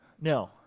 No